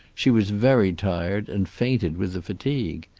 she was very tired and fainted with the fatigue.